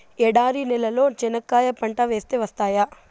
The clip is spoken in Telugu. ఎడారి నేలలో చెనక్కాయ పంట వేస్తే వస్తాయా?